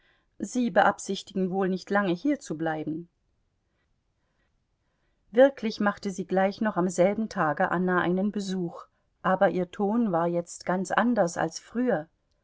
sie beabsichtigen wohl nicht lange hier zu bleiben wirklich machte sie gleich noch am selben tage anna einen besuch aber ihr ton war jetzt ganz anders als früher